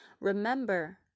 Remember